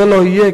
זה לא יהיה,